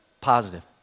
Positive